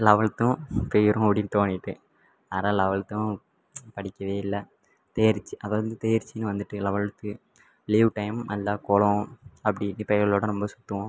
லெவல்த்தும் போயிடும் அப்படின்னு தோணிவிட்டு அதனால் லெவல்த்தும் படிக்கவே இல்லை தேர்ச்சி அதாவது தேர்ச்சின்னு வந்துட்டு லெவல்த்து லீவ் டைம் நல்லா குளம் அப்படி இப்படின்னு பயல்களோடு நம்ம சுற்றுவோம்